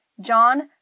John